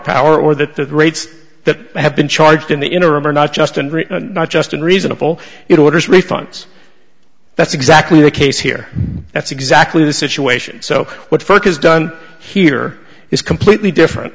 power or that the rates that have been charged in the interim are not just and not just in reasonable it orders refunds that's exactly the case here that's exactly the situation so what folk has done here is completely different